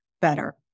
better